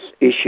issue